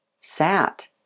sat